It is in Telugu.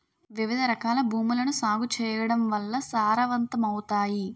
వివిధరకాల భూములను సాగు చేయడం వల్ల సారవంతమవుతాయి